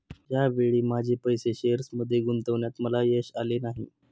या वेळी माझे पैसे शेअर्समध्ये गुंतवण्यात मला यश आले नाही